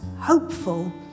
hopeful